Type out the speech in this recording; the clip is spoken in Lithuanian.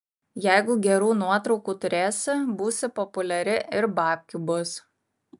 jeigu gerų nuotraukų turėsi būsi populiari ir babkių bus